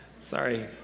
Sorry